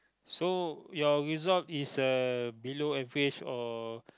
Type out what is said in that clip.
so your result is a below average or